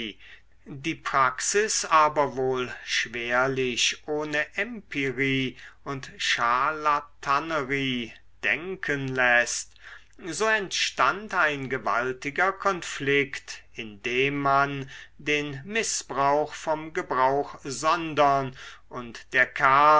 die praxis aber wohl schwerlich ohne empirie und scharlatanerie denken läßt so entstand ein gewaltiger konflikt indem man den mißbrauch vom gebrauch sondern und der kern